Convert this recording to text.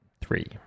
three